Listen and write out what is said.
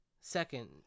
Second